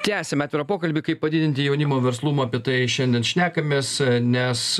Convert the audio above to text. tęsiam atvirą pokalbį kaip padidinti jaunimo verslumą apie tai šiandien šnekamės nes